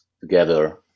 together